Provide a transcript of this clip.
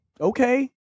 okay